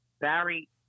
Barry